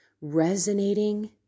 resonating